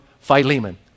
Philemon